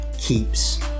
keeps